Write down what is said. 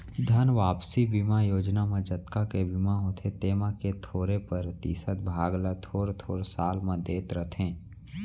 धन वापसी बीमा योजना म जतका के बीमा होथे तेमा के थोरे परतिसत भाग ल थोर थोर साल म देत रथें